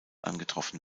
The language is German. angetroffen